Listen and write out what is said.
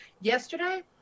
yesterday